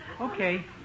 Okay